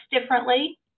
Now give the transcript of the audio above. differently